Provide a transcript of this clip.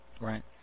Right